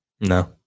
No